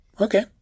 Okay